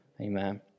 Amen